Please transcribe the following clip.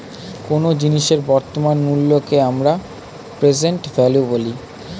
কোনো জিনিসের বর্তমান মূল্যকে আমরা প্রেসেন্ট ভ্যালু বলি